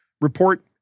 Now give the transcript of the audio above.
report